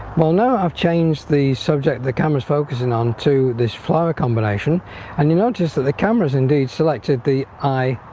well now i've changed the subject the cameras focusing on to this flower combination and you notice that the cameras indeed selected the i